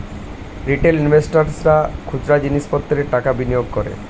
retail ইনভেস্টর্সরা খুচরো জিনিস পত্রে টাকা বিনিয়োগ করে